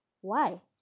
Why